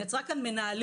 היא יצרה כאן מנהלים,